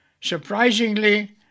Surprisingly